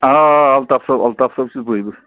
آ آ الطاف صٲب الطاف صٲب چھُس بٕے